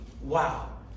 wow